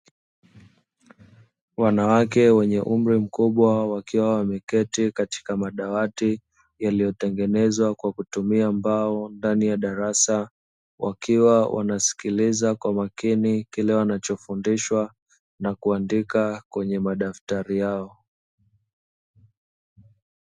Wanawake wenye umri mkubwa wakiwa wameketi katika madawati yaliyotengenezwa kwa kutumia mbao ndani ya darasa, wakiwa wanasikiliza kwa makini kile wanachofundishwa na kuandika kwenye madaftari yao.